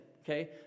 okay